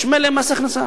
יש ממילא מס הכנסה.